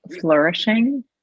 flourishing